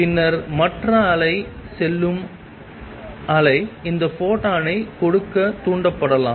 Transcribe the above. பின்னர் மற்ற அலை செல்லும் அலை அந்த ஃபோட்டானை கொடுக்க தூண்டப்படலாம்